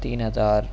تین ہزار